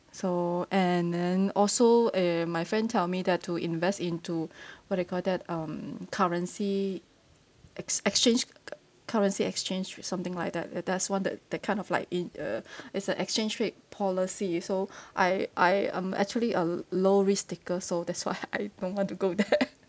so and then also err my friend tell me that to invest into what you call that um currency ex~ exchange currency exchange with something like that uh that's one the the kind of like in uh it's an exchange rate policy so I I um actually a low risk taker so that's why I don't want to go there